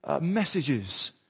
messages